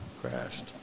Crashed